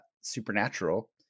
Supernatural